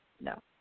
no